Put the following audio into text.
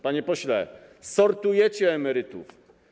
Panie pośle, sortujecie emerytów.